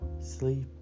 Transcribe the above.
sleep